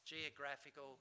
geographical